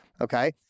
okay